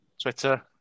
Twitter